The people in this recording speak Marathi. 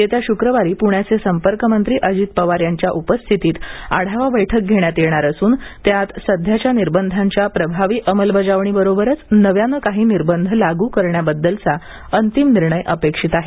येत्या शुक्रवारी पूण्याचे संपर्क मंत्री अजित पवार यांच्या उपस्थितीत आढावा बैठक घेण्यात येणार असून त्यात सध्याच्या निर्बंधांच्या प्रभावी अंमलबजावणीबरोबरच नव्यानं काही निर्बंध लागू कारण्याबद्दलचा अंतिम निर्णय अपेक्षित आहे